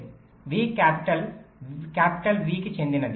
v capital V కి చెందినది